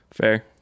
fair